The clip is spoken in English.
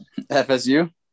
fsu